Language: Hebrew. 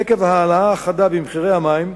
עקב ההעלאה החדה במחירי המים,